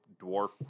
Dwarf